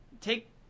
take